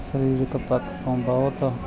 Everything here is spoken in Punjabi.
ਸਰੀਰਿਕ ਪੱਖ ਤੋਂ ਬਹੁਤ